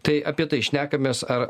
tai apie tai šnekamės ar